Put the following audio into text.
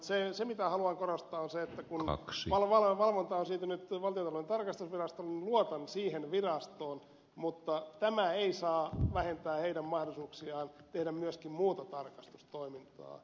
se mitä haluan korostaa on se että kun valvonta on siirtynyt valtiontalouden tarkastusvirastolle niin luotan siihen virastoon mutta tämä ei saa vähentää sen mahdollisuuksia tehdä myöskin muuta tarkastustoimintaa